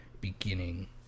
beginning